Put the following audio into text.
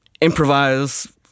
improvise